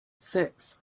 six